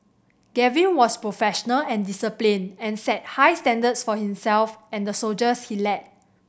Gavin was professional and disciplined and set high standards for himself and the soldiers he led